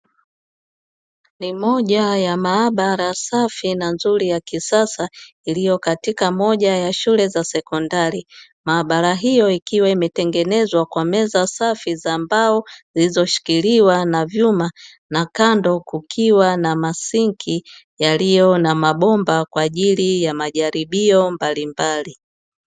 Ni moja ya maabara safi na nzuri ya kisasa iliyo katika moja ya shule ya sekondari. Maabara hio ikiwa imetengenezwa kwa meza safi za mbao zilizoshikiiwa na vyuma na kando kukiwa na masinki yaliyo na mabomba kwa ajili ya majaribio mbalimbali.